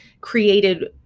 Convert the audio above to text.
created